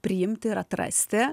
priimti ir atrasti